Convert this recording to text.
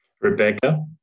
Rebecca